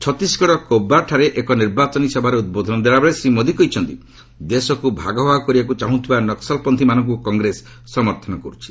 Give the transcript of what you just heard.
ଛତିଶଗଡ଼ର କୋର୍ବାଠାରେ ଏକ ନିର୍ବାଚନୀ ସଭାରେ ଉଦ୍ବୋଧନ ଦେଲାବେଳେ ଶ୍ରୀ ମୋଦି କହିଛନ୍ତି ଦେଶକୁ ଭାଗ ଭାଗ କରିବାକୁ ଚାହୁଁଥିବା ନକ୍ୱଲପନ୍ଥୀମାନଙ୍କୁ କଂଗ୍ରେସ ସମର୍ଥନ କରୁଛି